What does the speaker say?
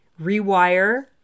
rewire